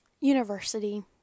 university